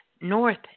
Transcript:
north